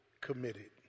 committed